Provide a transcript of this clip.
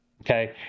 okay